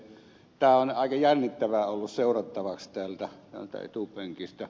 tämä on aika jännittävää ollut seurattavaksi täältä etupenkistä